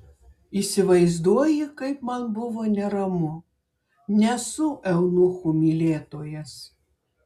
įsivaizduoji kaip man buvo neramu nesu eunuchų mylėtojas